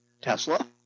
Tesla